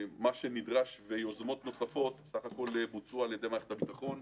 מה שנדרש זה יוזמות נוספות שבוצעו על ידי מערכת הביטחון,